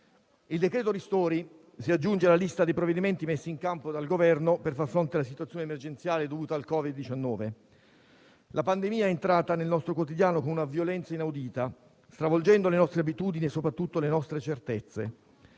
il decreto ristori si aggiunge alla lista dei provvedimenti messi in campo dal Governo per far fronte alla situazione emergenziale dovuta al Covid-19. La pandemia è entrata nel nostro quotidiano con una violenza inaudita, stravolgendo le nostre abitudini e soprattutto le nostre certezze.